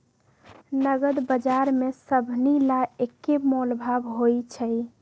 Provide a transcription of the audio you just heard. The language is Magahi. नगद बजार में सभनि ला एक्के मोलभाव होई छई